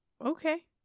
okay